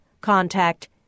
Contact